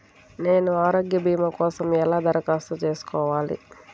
నేను ఆరోగ్య భీమా కోసం ఎలా దరఖాస్తు చేసుకోవాలి?